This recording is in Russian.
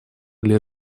для